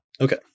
Okay